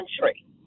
country